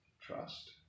trust